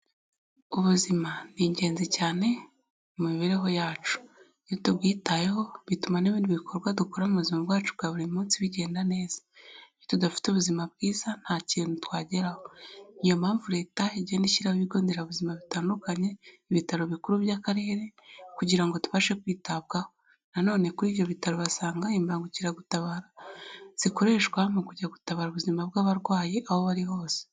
Ubuzima ni ingenzi cyane mu mibereho yacu, iyo tubwitayeho bituma n'ibindi bikorwa dukora mu buzima bwacu bwa buri munsi bigenda neza. Iyo tudafite ubuzima bwiza nta kintu twageraho. Ni iyo mpamvu leta igenda ishyiraho ibigo nderabuzima bitandukanye, ibitaro bikuru by'Akarere, kugira ngo tubashe kwitabwaho, nanone kuri ibyo bitaro uasanga imbagukiragutabara zikoreshwa mu kujya gutabara ubuzima bw'abarwayi aho bari hose.